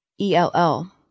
ELL